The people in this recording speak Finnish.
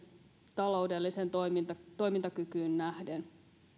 taloudelliseen toimintakykyyn nähden